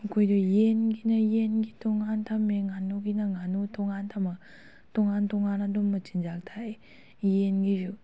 ꯑꯩꯈꯣꯏꯗꯣ ꯌꯦꯟꯒꯤꯅ ꯌꯦꯟꯒꯤ ꯇꯣꯡꯉꯥꯟꯅ ꯊꯝꯃꯦ ꯉꯥꯅꯨꯒꯤꯅ ꯉꯥꯅꯨꯒꯤ ꯇꯣꯡꯉꯥꯟꯅ ꯊꯝꯃꯒ ꯇꯣꯡꯉꯥꯟ ꯇꯣꯡꯉꯥꯟꯅ ꯑꯗꯨꯝ ꯃꯆꯤꯟꯖꯥꯛ ꯊꯥꯛꯏ ꯌꯦꯟꯒꯤꯁꯨ